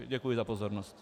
Děkuji za pozornost.